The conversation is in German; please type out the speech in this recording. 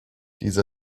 diese